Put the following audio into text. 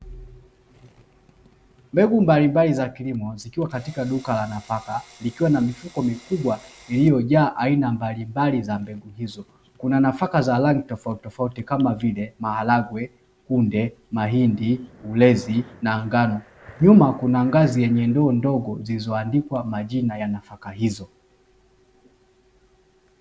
Mbegu mbalimbali za kilimo zikiwa katika duka la nafaka, likiwa na mifuko mikubwa iliyojaa aina mbalimbali za mbegu hizo. Kuna nafaka za aina tofautitofauti kama vile maharage, kunde, mahindi, ulezi na ngano. Nyuma kuna ngazi yenye ndoo ndogo, zilizoandikwa majina ya nafaka hizo.